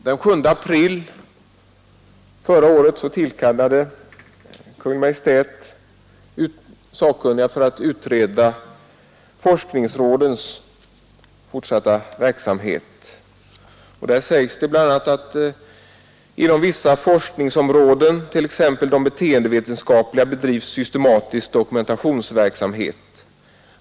Den 7 april förra året tillkallade Kungl. Maj:t sakkunniga för att utreda forskningsrådens fortsatta verksamhet. I direktiven sägs det bl.a.: ”Inom vissa forskningsområden, t.ex. de beteendevetenskapliga, bedrivs systematiskt dokumentationsverksamhet.